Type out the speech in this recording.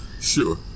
Sure